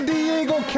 Diego